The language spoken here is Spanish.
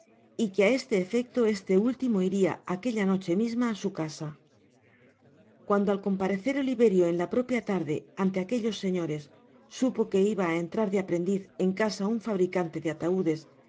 y que á este efecto este último iria aquella noche misma á su casa cuando al comparecer oliverio en la propia tarde ante aquellos señores supo que iba á entrar de aprendiz en casa un fabricante de ataudes